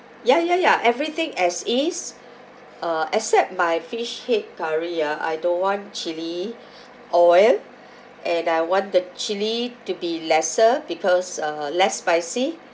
ya ya ya everything as is uh except my fish head curry ah I don't want chilli oil and I want the chilli to be lesser because uh less spicy